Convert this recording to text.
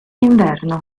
inverno